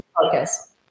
focus